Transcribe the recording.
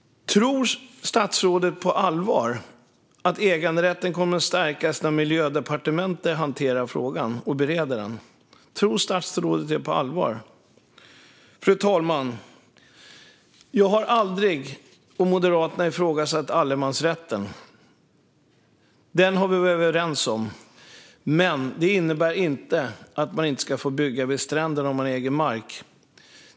Tror statsrådet på allvar att äganderätten kommer att stärkas när Miljödepartementet hanterar och bereder frågan? Fru talman! Jag och Moderaterna har aldrig ifrågasatt allemansrätten. Den har vi varit överens om. Men det innebär inte att man inte ska få bygga vid stränderna om man äger mark.